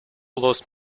lost